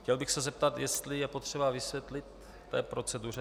Chtěl bych se zeptat, jestli je potřeba vysvětlit něco k proceduře.